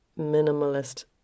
minimalist